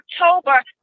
October